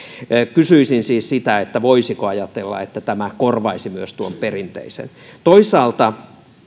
kysyisin siis voisiko ajatella että tämä korvaisi myös tuon perinteisen toisaalta